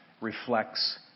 reflects